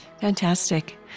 Fantastic